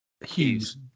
Hughes